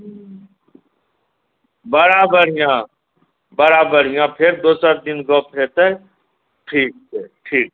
बड़ा बढ़िऑं बड़ा बढ़िऑं फेर दोसर दिन गप हेतै ठीक छै ठीक